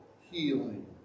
healing